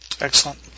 Excellent